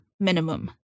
minimum